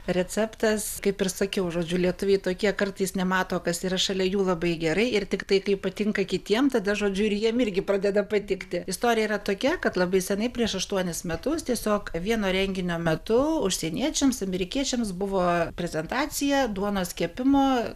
receptas kaip ir sakiau žodžiu lietuviai tokie kartais nemato kas yra šalia jų labai gerai ir tiktai kaip patinka kitiem tada žodžiuir jiem irgi pradeda patikti istorija yra tokia kad labai seniai prieš aštuonis metus tiesiog vieno renginio metu užsieniečiams amerikiečiams buvo prezentacija duonos kepimo